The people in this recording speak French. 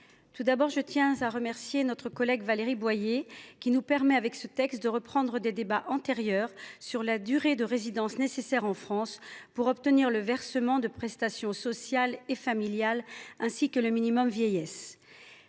tout d’abord, je tiens à remercier notre collègue Valérie Boyer, qui nous permet, avec ce texte, de reprendre le fil de débats que nous avons eus dans le passé sur la durée de résidence nécessaire en France pour obtenir le versement de prestations sociales et familiales, ainsi que du minimum vieillesse.